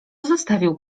zostawił